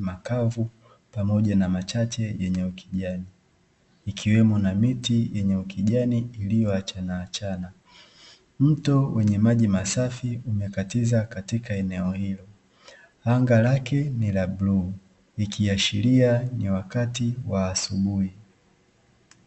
makavu pamoja na machache, yenye ukijani, ikiwemo miti yenye ukijani iliyoachanaachana, mto wenye maji masafi uliokatiza eneo hilo, anga lake ni la bluu, likiashiria ni wakati wa asubuhi.